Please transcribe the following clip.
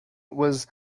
was